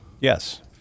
Yes